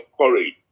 courage